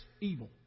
evil